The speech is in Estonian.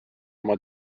oma